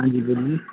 ہاں جی بولیے